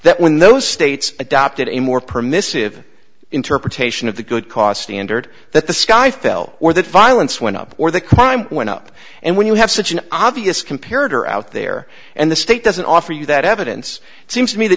that when those states adopted a more permissive interpretation of the good cost eight hundred that the sky fell or the violence went up or the crime went up and when you have such an obvious compared are out there and the state doesn't offer you that evidence seems to me that